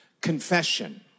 confession